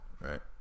right